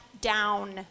down